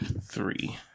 three